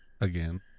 again